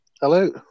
Hello